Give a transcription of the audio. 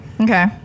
Okay